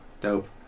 Dope